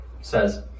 says